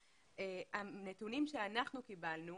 הנתונים שאנחנו קיבלנו